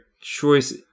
choice